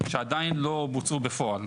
שעדייו לא בוצעו בפועל.